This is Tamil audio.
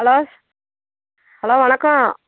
ஹலோ ஹலோ வணக்கம்